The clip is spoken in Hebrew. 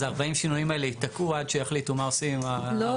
אז ה-40 שינויים האלה ייתקעו עד שיחליטו מה עושים עם ה-4 מילים האלה?